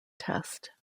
test